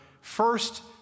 first